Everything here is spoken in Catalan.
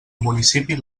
municipi